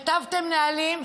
כתבתם נהלים,